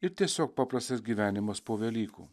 ir tiesiog paprastas gyvenimas po velykų